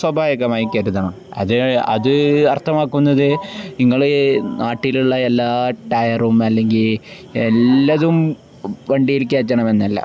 സ്വാഭാവികമായി കരുതണം അത് അത് അർത്ഥമാക്കുന്നതു നിങ്ങള് നാട്ടിലുള്ള എല്ലാ ടയറും അല്ലെങ്കില് എല്ലതും വണ്ടിയില് കയറ്റണമെന്നല്ല